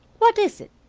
what is it?